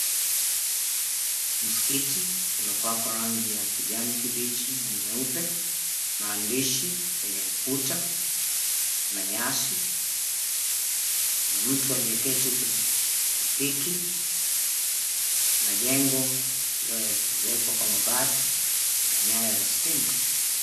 Msikiti iliyopakwa rangi ya kijani kibichi na nyeupe maandishi kwenye ukuta na nyasi na mtu aliyejeti kwenye pikipiki na jengo iliyozeeka kwa mabati na nyaya za stima.